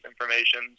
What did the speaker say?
information